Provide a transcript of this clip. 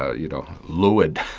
ah you know, lewd.